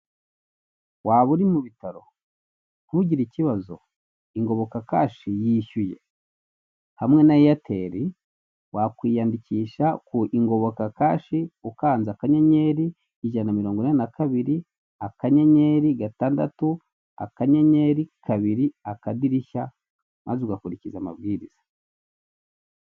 Waba uri mu bitaro? ntugire ikibazo ingoboka kashi yishyuye, hamwe na eyateri wakwiyandikisha ku ingoboka kashi ukanza kanyenyeri ijana na mirongo inani na kabiri, akanyenyeri gatandatu, akanyenyeri kabiri, akadirishya maze ugakurikiza amabwiriza.